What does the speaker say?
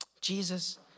Jesus